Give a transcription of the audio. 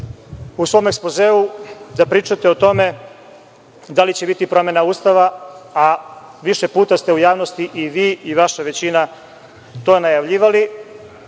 u svom ekspozeu da pričate o tome da li će biti promena Ustava, a više puta ste u javnosti i vi i vaša većina to najavljivali.